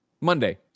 Monday